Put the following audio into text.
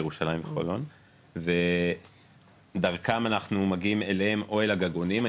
ירושלים וחולון ודרכן אנחנו מגיעים אליהם או אל הגגונים.